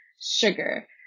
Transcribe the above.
sugar